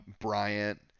Bryant